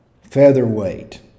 Featherweight